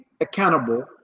accountable